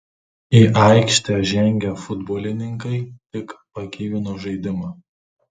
į aikštę žengę futbolininkai tik pagyvino žaidimą